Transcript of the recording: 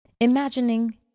Imagining